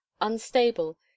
unstable